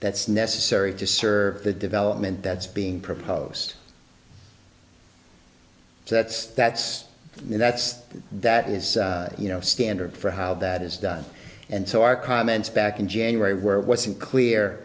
that's necessary to serve the development that's being proposed so that's that's that's that is you know standard for how that is done and so our comments back in january where it wasn't clear